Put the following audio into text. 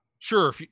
Sure